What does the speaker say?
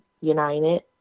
United